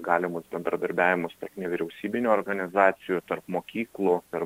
galimus bendradarbiavimus tarp nevyriausybinių organizacijų tarp mokyklų tarp